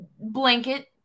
Blanket